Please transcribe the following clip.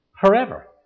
Forever